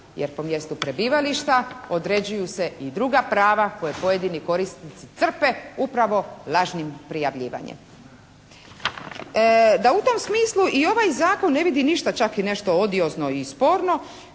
jer po mjestu prebivališta određuju se i druga prava koje pojedini korisnici crpe upravo lažnim prijavljivanjem. Da u tom smislu i ovaj Zakon ne bi bio ništa čak i nešto odiozno i sporno